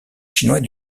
chinois